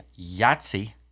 Yahtzee